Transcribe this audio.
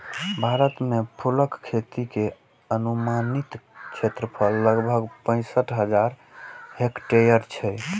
भारत मे फूलक खेती के अनुमानित क्षेत्रफल लगभग पैंसठ हजार हेक्टेयर छै